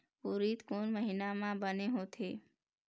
उरीद कोन महीना म बने होथे?